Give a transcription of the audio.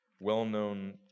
well-known